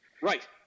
Right